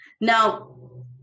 Now